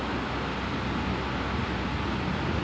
I think if I H_B_L next semester I'm just gonna sleep